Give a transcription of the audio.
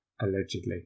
allegedly